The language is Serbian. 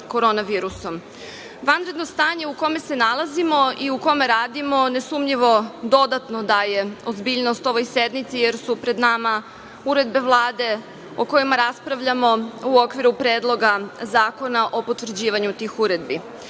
vanredno stanje u kome se nalazimo i kome radimo, ne sumnjivo dodatno daje ozbiljnost ovoj sednici jer su pred nama uredbe Vlade o kojima raspravljamo u okviru predloga zakona o potvrđivanju tih uredbi. Bez